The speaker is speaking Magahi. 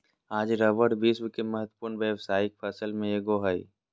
आज रबर विश्व के महत्वपूर्ण व्यावसायिक फसल में एगो हइ